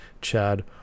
Chad